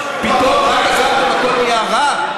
פתאום, רק עזבתם, הכול נהיה רע?